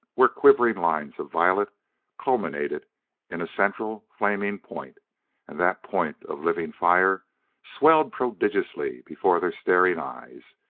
where quivering lines of violet culminated in a central, flaming point and that point of living fire swelled prodigiously before their staring eyes.